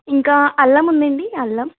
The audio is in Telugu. ఇంకా అల్లం ఉందా అండి అల్లం